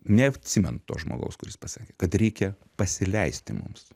neatsimenu to žmogaus kuris pasakė kad reikia pasileisti mums